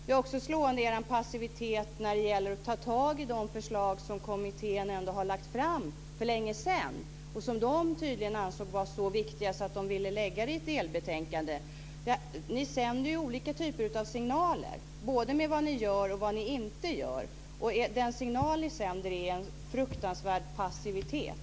Det som också är slående är er passivitet att ta tag i de förslag som kommittén har lagt fram för länge sedan. Den ansåg tydligen förslagen så viktiga att den ville lägga fram ett delbetänkande. Ni sänder olika signaler både med vad ni gör och med vad ni inte gör. Den signal ni sänder är en fruktansvärd passivitet.